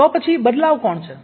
તો પછી બદલાવ કોણ છે